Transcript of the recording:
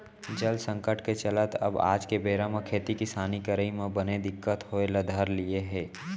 जल संकट के चलत अब आज के बेरा म खेती किसानी करई म बने दिक्कत होय ल धर लिये हे